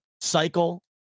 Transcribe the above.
cycle